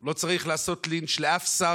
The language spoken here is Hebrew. לא צריך לעשות לינץ' לאף שר,